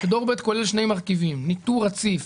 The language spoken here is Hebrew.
דור ב' כולל שני מרכיבים: ניטור רציף